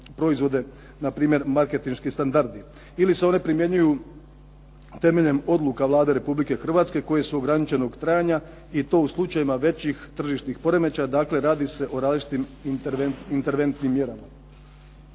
proizvode, na primjer marketinški standardi ili se one primjenjuju temeljem odluka Vlade Republike Hrvatske koje su ograničenog trajanja i to u slučajevima većih tržišnih poremećaja, dakle radi se o različitim interventnim mjerama.